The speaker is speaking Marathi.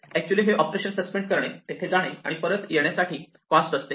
ऍक्च्युली हे ऑपरेशन सस्पेंड करणे तेथे जाणे आणि परत येणे यासाठी कॉस्ट असते